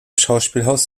schauspielhaus